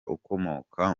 ukomoka